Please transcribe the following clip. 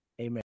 Amen